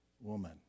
woman